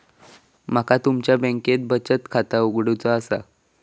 माका तुमच्या बँकेत बचत खाता उघडूचा असा?